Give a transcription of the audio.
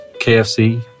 KFC